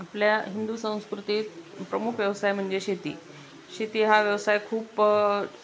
आपल्या हिंदू संस्कृतीत प्रमुख व्यवसाय म्हणजे शेती शेती हा व्यवसाय खूप